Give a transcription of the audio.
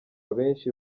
abenshi